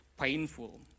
painful